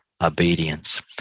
obedience